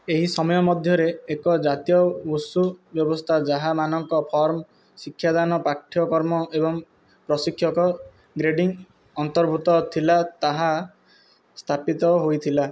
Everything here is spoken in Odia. ଏହି ସମୟ ମଧ୍ୟରେ ଏକ ଜାତୀୟ ୱୁଶୁ ବ୍ୟବସ୍ଥା ଯାହା ମାନଙ୍କ ଫର୍ମ ଶିକ୍ଷାଦାନ ପାଠ୍ୟକ୍ରମ ଏବଂ ପ୍ରଶିକ୍ଷକ ଗ୍ରେଡ଼ିଙ୍ଗ ଅନ୍ତର୍ଭୁକ୍ତ ଥିଲା ତାହା ସ୍ଥାପିତ ହୋଇଥିଲା